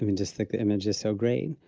i mean just like, the image is so great.